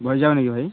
voice ଯାଉନି କି ଭାଇ